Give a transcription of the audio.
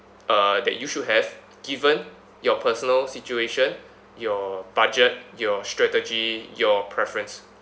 uh that you should have given your personal situation your budget your strategy your preference